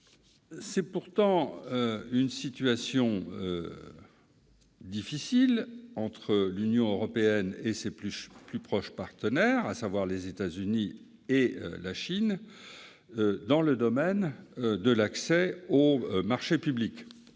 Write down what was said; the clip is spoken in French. long terme. La situation est difficile entre l'Union européenne et ses plus proches partenaires, à savoir les États-Unis et la Chine, dans le domaine de l'accès aux marchés publics.